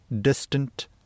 distant